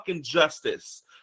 justice